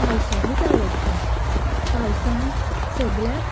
पावसानच आवडटा पावसान सगळ्याक